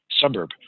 suburb